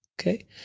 Okay